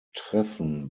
treffen